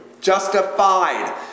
Justified